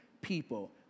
people